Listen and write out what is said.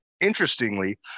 interestingly